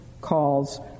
calls